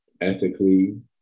ethically